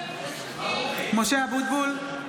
משה אבוטבול,